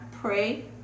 pray